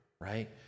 right